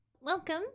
Welcome